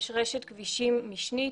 יש רשת כבישים משנית